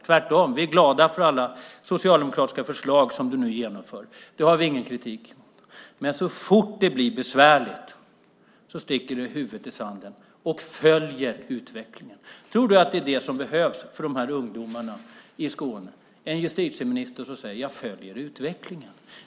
Tvärtom är vi glada för alla socialdemokratiska förslag som du nu genomför. Det har vi ingen kritik mot. Men så fort det blir besvärligt sticker du huvudet i sanden och följer utvecklingen. Tror du att det är det som behövs för dessa ungdomar i Skåne, en justitieminister som säger att hon följer utvecklingen?